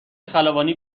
خلبانی